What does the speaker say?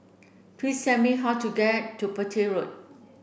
please said me how to get to Petir Road